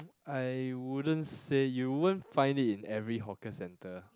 I wouldn't say you won't find it in every hawker centre